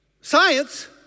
science